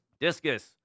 Discus